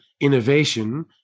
innovation